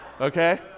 Okay